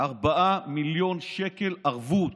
4 מיליון שקל ערבות.